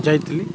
ଯାଇଥିଲି